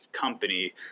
company